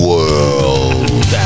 World